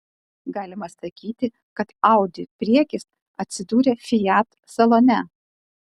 galima sakyti kad audi priekis atsidūrė fiat salone